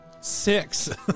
Six